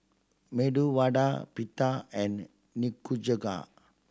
Medu Vada Pita and Nikujaga